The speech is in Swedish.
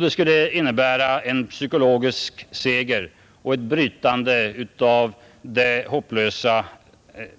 Det skulle innebära en psykologisk seger och ett brytande av det hopplösa